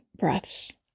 breaths